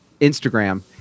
Instagram